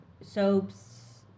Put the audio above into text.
soaps